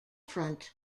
front